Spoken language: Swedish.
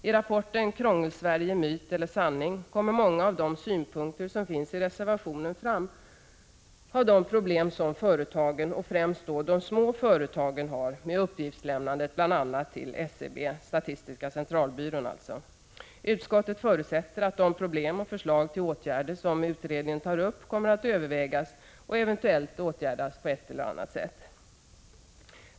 I rapporten Krångelsverige — myt eller sanning kommer många av de synpunkter fram som finns i reservationen på de problem som företagen, och då främst de små företagen, har med uppgiftslämnandet till bl.a. SCB. Utskottet förutsätter att de problem och förslag till åtgärder som utredningen tar upp kommer att övervägas och eventuellt åtgärdas på ett eller annat sätt.